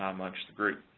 amongst the group.